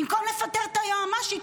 במקום לפטר את היועמ"שית,